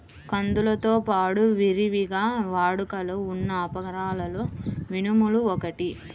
కందులతో పాడు విరివిగా వాడుకలో ఉన్న అపరాలలో మినుములు ఒకటి